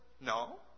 No